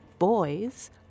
Boys